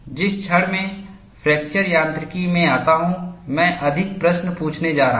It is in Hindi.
जिस क्षण मैं फ्रैक्चर यांत्रिकी में आता हूं मैं अधिक प्रश्न पूछने जा रहा हूं